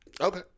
Okay